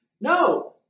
No